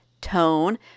tone